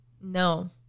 No